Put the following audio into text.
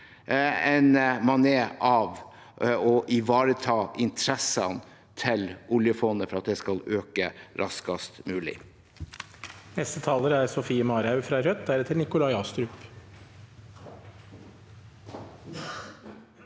enn av å ivareta interessene til oljefondet, og at det skal øke raskest mulig.